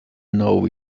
know